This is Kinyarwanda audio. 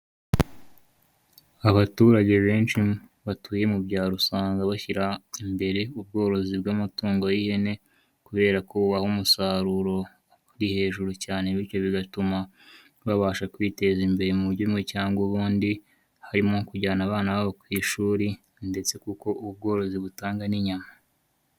Abaturage benshi batuye mu byaro usanga bashyira imbere ubworozi bw'amatungo y'ihene, kubera ko bubaha umusaruro uri hejuru cyane bityo bigatuma babasha kwiteza imbere mu buryo bumwe cyangwa ubundi, harimo nko kujyana abana babo ku ishuri ndetse kuko ubu bworozi butanga n'inyama.